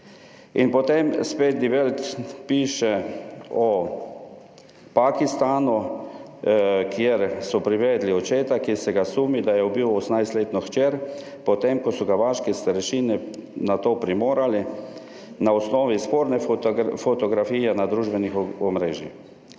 In potem spet Die Welt piše o Pakistanu, kjer so privedli očeta, ki se ga sumi, da je ubil 18-letni hčer, potem ko so ga vaške starešine na to primorali, na osnovi sporne fotografije na družbenih omrežjih.